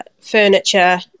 furniture